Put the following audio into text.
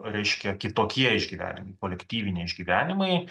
reiškia kitokie išgyvenimai kolektyviniai išgyvenimai